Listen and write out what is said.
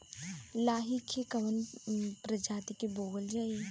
लाही की कवन प्रजाति बोअल जाई?